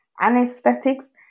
anesthetics